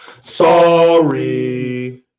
Sorry